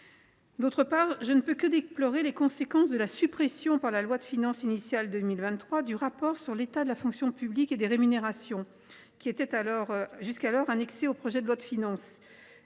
D’autre part, je ne peux que déplorer les conséquences de la suppression, en loi de finances initiale pour 2023, du rapport sur l’état de la fonction publique et des rémunérations, jusqu’alors annexé au projet de loi de finances.